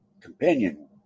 companion